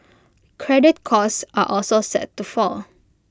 credit costs are also set to fall